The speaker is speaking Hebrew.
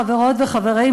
חברות וחברים,